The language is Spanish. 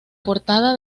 portada